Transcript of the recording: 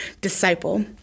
disciple